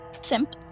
Simp